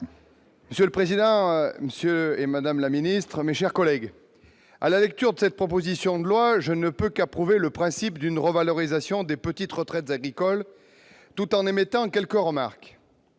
monsieur le secrétaire d'État, mes chers collègues, à la lecture de cette proposition de loi, je ne peux qu'approuver le principe d'une revalorisation des petites retraites agricoles, tout en émettant quelles remarques.